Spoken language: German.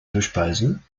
verspeisen